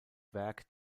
werk